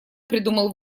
придумал